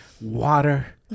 water